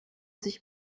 sich